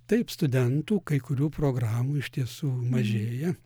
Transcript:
taip studentų kai kurių programų iš tiesų mažėja